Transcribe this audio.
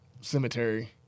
cemetery